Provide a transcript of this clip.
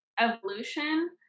evolution